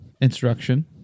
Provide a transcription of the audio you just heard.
instruction